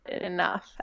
enough